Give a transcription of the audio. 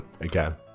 Again